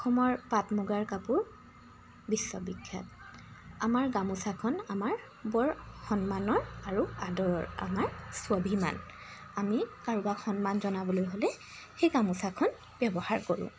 অসমৰ পাট মুগাৰ কাপোৰ বিশ্ববিখ্যাত আমাৰ গামোচাখন আমাৰ বৰ সন্মানৰ আৰু আদৰৰ আমাৰ স্বাভীমান আমি কাৰোবাক সন্মান জনাবলৈ হ'লে সেই গামোচাখন ব্যৱহাৰ কৰোঁ